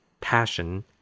passion